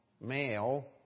male